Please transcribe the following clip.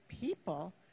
people